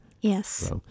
Yes